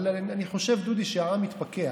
אבל אני חושב, דודי, שהעם התפכח.